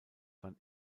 wann